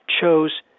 chose